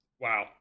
Wow